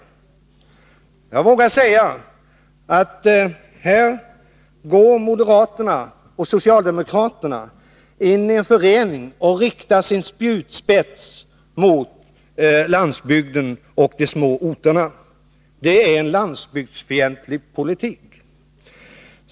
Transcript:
Jag vågar säga att här går moderaterna och socialdemokraterna ini en förening och riktar sin spjutspets mot landsbygden och de små orterna. Det är en landsbygdsfientlig politik.